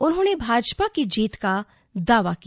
उन्होंने भाजपा की जीत का दावा किया